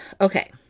Okay